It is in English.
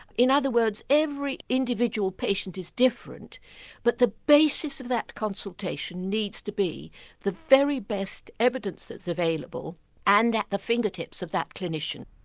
in other words every individual patient is different but the basis of that consultation needs to be the very best evidence that's available and at the fingertips of that clinician.